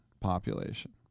population